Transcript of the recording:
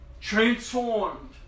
transformed